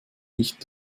nicht